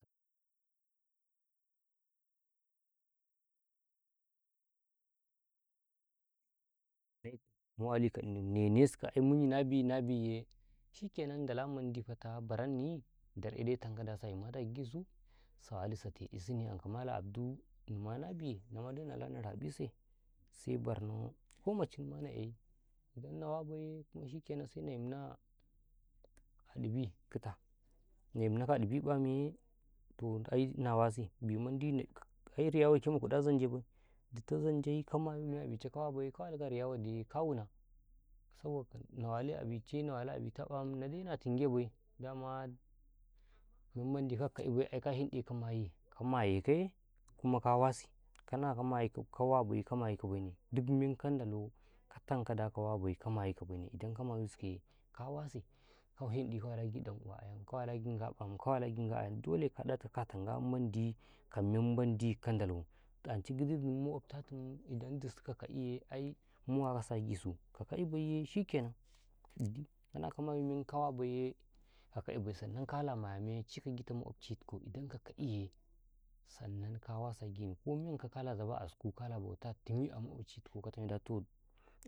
﻿tanetu ko gita fili ma bata tumaturni sa'etu koma inji kici'an se dubetu netu mu wali ka eni nenesukaw ai muni nabi-nabiye shikanan Ndala mandi fata baranniyi dar'edai tankaw dasa yumadi agisu sawali sateɗisune ankaw Malam Abdu enima nabi enamadai nala na raƃise se barno ko macimma na eyai, idan na wa baiye kuma shikkenan sena yinna aɗibi kuta na yinnakaw a ɗibiƃamye toh ai nawasi bimandi ai kriyawanke mukudɗa zanjaibai dita zanjai ka mayu mema a bice ka wabaiye ka walikaw a riyawadiye ka wuna saboka na wali a bice na wali a bitaƃam enadai na tingebai danna menmadi Ngwaka ka'ibai aika yinde ka mayi ka mayekaye kuma ka wasi kana ka mayukaw kawaba ka mayukabane dik meka Ndalo ka tamka kada kawabai ka mayukaw baine inka mayusukaye ka wasi ka yinɗikawali agi ɗan'uwa'ayim kawali agi Ngaba'an kawali agi Ngaba'yam dole ka ɗatikaw kata Ngabamandi kamemandi ka Ndalaw ancai gidi aydumum idan disu kaka'iye ai mu wakasi a gisu ka ka'ibaye shikenan dik kana ka mayu men ka wabaiye kaka'ibai inkala maya menye ci ka gita makwabcitikaw indan ka ka'iye sanan ka wasi a gini ko memandi kala zaba a asku kala bauta timi a makwabcitikau toh